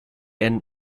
end